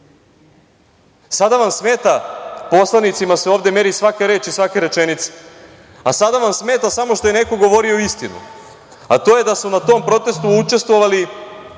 u Beogradu. Poslanicima se ovde meri svaka reč i svaka rečenica, a sada vam smeta samo što je neko govorio istinu, a to je da su na tom protestu učestvovali